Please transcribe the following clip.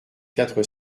quatre